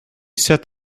sat